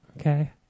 Okay